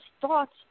thoughts